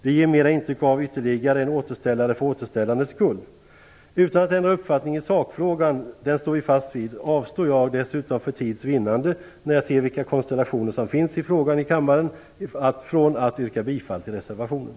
Det ger mer intryck av ytterligare en återställare för återställandets skull. Utan att ändra uppfattning i sakfrågan, den står vi fast vid, avstår jag dessutom för tids vinnande och när jag ser vilka konstellationer som finns i frågan i kammaren från att yrka bifall till reservationen.